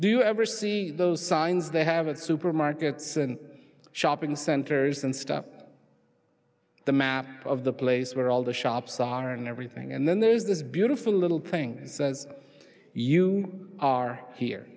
do you ever see those signs they have of supermarkets and shopping centers and stuff the map of the place where all the shops are and everything and then there's this beautiful little things as you are here